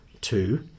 Two